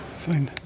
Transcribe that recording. Fine